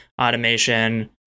automation